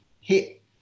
hit